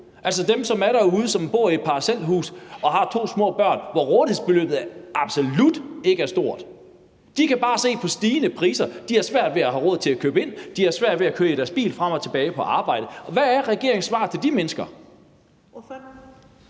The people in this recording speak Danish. altså dem, som er derude, som bor i et parcelhus, og som har to små børn, hvor rådighedsbeløbet absolut ikke er stort? De kan bare se på stigende priser, de har svært ved at have råd til at købe ind, de har svært ved at køre i deres bil frem og tilbage på arbejde. Og hvad er regeringens svar til de mennesker?